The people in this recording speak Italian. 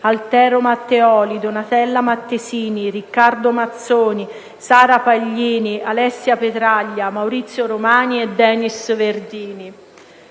Altero Matteoli, Donatella Mattesini, Riccardo Mazzoni, Sara Paglini, Alessia Petraglia, Maurizio Romani e Denis Verdini;